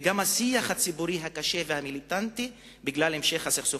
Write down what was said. גם השיח הציבורי הקשה והמיליטנטי בגלל המשך הסכסוך